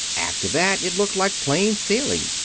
after that it looked like plain sailing.